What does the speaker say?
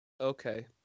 Okay